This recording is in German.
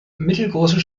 mittelgroße